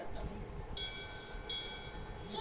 साहब कितना दिन में लोन पास हो जाई?